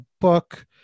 book